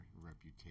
reputation